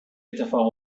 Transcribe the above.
اتفاق